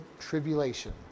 tribulation